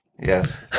Yes